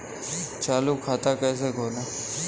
चालू खाता कैसे खोलें?